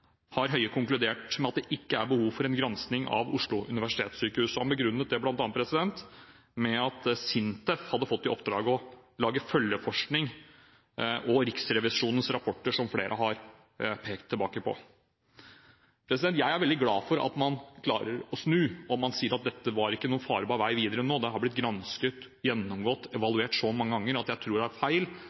konkludert med at det ikke er behov for en gransking av Oslo universitetssykehus.» Han begrunnet det bl.a. med at SINTEF hadde fått i oppdrag å lage følgeforskning, og med Riksrevisjonens rapporter, som flere har pekt på. Jeg er veldig glad for at man klarer å snu, og at man sier at dette ikke var noen farbar vei videre nå. Det har blitt gransket, gjennomgått og evaluert så mange ganger at jeg tror det ville være feil